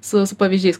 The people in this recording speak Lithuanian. su su pavyzdžiais